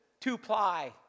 two-ply